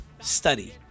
Study